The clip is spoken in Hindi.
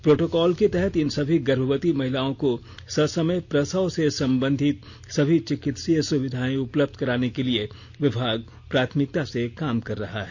प्रोटोकॉल के तहत इन सभी गर्भवती महिलाओं को ससमय प्रसव से संबंधित सभी चिकित्सीय सुविधाएं उपलब्ध कराने के लिए विभाग प्राथमिकता से काम कर रहा है